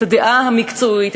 את הדעה המקצועית,